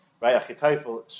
Right